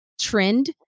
trend